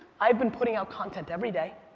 i've been putting out content everyday.